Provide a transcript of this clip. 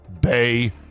Bay